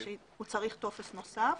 שהוא צריך טופס נוסף.